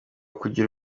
kugira